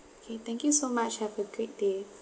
okay thank you so much have a good day